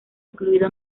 incluido